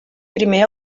primer